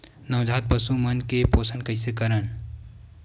नवजात पशु मन के पोषण कइसे करन?